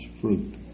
fruit